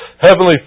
Heavenly